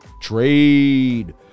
trade